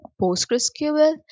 PostgreSQL